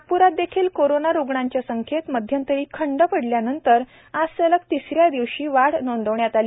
नागप्रात देखील कोरोना रुग्णाच्या संख्येत मध्यंतरी खंड पडल्यानंतर आज सलग तिसऱ्या दिवशी वाढ नोंदविणायत आली